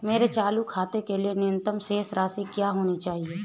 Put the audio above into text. मेरे चालू खाते के लिए न्यूनतम शेष राशि क्या होनी चाहिए?